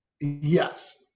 Yes